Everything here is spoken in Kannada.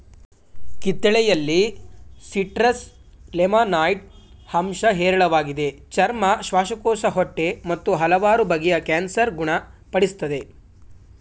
ಕಿತ್ತಳೆಯಲ್ಲಿ ಸಿಟ್ರಸ್ ಲೆಮನಾಯ್ಡ್ ಅಂಶ ಹೇರಳವಾಗಿದೆ ಚರ್ಮ ಶ್ವಾಸಕೋಶ ಹೊಟ್ಟೆ ಮತ್ತು ಹಲವಾರು ಬಗೆಯ ಕ್ಯಾನ್ಸರ್ ಗುಣ ಪಡಿಸ್ತದೆ